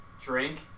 drink